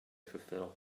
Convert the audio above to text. fulfill